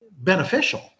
beneficial